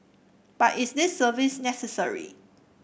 but is this service necessary